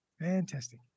Fantastic